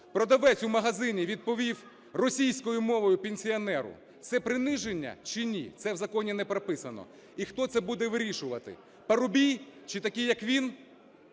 продавець у магазині відповів російською мовою пенсіонеру – це приниження чи ні? Це в законі не прописано. І хто це буде вирішувати – Парубій чи такі, як він?